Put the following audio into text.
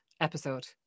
episode